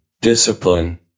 discipline